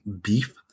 Beef